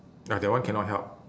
ya that one cannot help